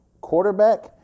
quarterback